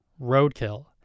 Roadkill